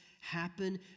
happen